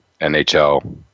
NHL